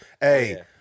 Hey